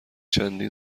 چندین